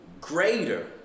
greater